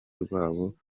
rwabo